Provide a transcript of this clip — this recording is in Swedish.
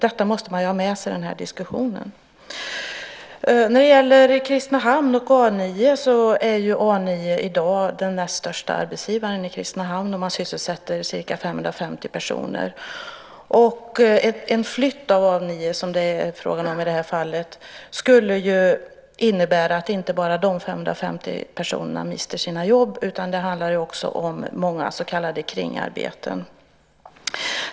Det måste man ha med sig i diskussionen. A 9 är i dag den näst största arbetsgivaren i Kristinehamn. Man sysselsätter ca 550 personer. En flytt av A 9, som det är fråga om i det här fallet, skulle innebära att inte bara de 550 personerna mister sina jobb. Det handlar också om många så kallade kringarbeten.